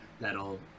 that'll